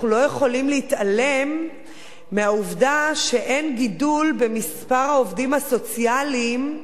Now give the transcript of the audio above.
אנחנו לא יכולים להתעלם מהעובדה שאין גידול במספר העובדים הסוציאליים,